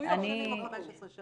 אני